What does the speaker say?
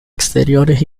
exteriores